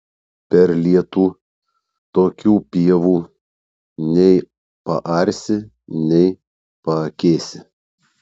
per lietų tokių pievų nei paarsi nei paakėsi